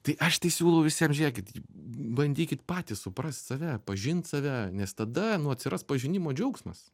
tai aš tai siūlau visiems žiūrėkit bandykit patys suprast save pažint save nes tada nu atsiras pažinimo džiaugsmas